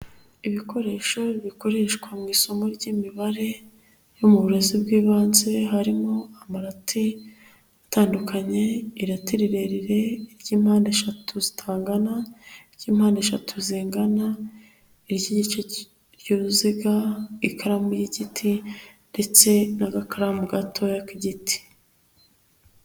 Ibikoresho bikoreshwa mu isomo ry'imibare yo mu burezi bw'ibanze, harimo amati atandukanye, irate rirerire ry'impande eshatu zitangana, iry'impande eshatu zingana, n'iry'ice rcy'uruziga, ikaramu y'igiti ndetse n'agakaramu gatoya k'igiti.